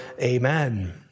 Amen